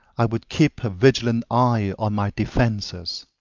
i would keep a vigilant eye on my defenses.